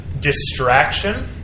distraction